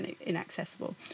inaccessible